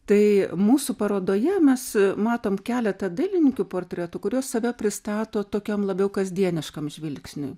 tai mūsų parodoje mes matom keletą dailininkų portretų kurios save pristato tokiam labiau kasdieniškam žvilgsniui